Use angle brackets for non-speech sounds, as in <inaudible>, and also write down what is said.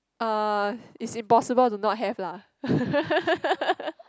uh it's impossible to not have lah <laughs>